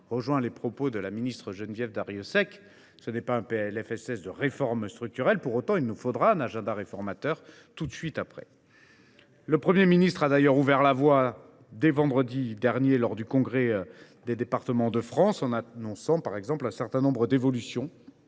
rejoins les propos de Mme la ministre Geneviève Darrieussecq : ce n’est pas un PLFSS de réformes structurelles ; pour autant, il nous faudra rapidement un agenda réformateur. Le Premier ministre a d’ailleurs ouvert la voie dès vendredi dernier lors du congrès des départements de France, en annonçant un certain nombre d’évolutions